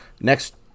Next